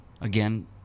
again